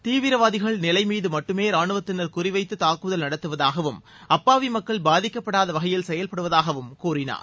தீவிரவாதிகள் நிலைமீது மட்டுமே ராணுவத்தினர் குறிவைத்து தாக்குதல் நடத்துவதாகவும் அப்பாவி மக்கள் பாதிக்கப்படாத வகையில் செயல்படுவதாகவும் கூறினார்